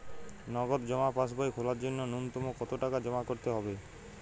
নগদ জমা পাসবই খোলার জন্য নূন্যতম কতো টাকা জমা করতে হবে?